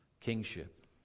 kingship